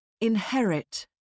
Inherit